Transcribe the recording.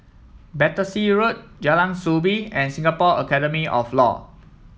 Battersea Road Jalan Soo Bee and Singapore Academy of Law